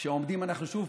כשעומדים אנחנו שוב,